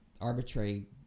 arbitrary